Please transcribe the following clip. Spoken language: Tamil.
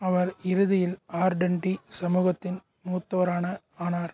அவர் இறுதியில் ஆர்டென்டி சமூகத்தின் மூத்தவரான ஆனார்